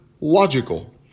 logical